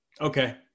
okay